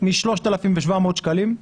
מ-3,700 שקלים.